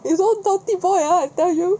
you don't ah I tell you